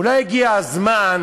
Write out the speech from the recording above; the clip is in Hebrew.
אולי הגיע הזמן,